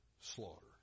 slaughter